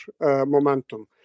momentum